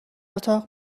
اتاق